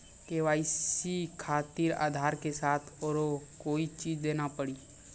KYC खातिर आधार के साथ औरों कोई चीज देना पड़ी?